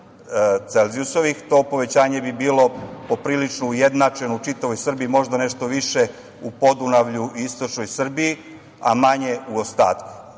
Celzijusovih. To povećanje bi bilo poprilično ujednačeno u čitavoj Srbiji, možda nešto više u Podunavlju i istočnoj Srbiji, a manje u ostatku.Međutim,